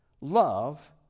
love